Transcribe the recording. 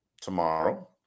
tomorrow